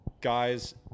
guys